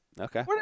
okay